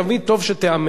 תמיד טוב שתיאמר,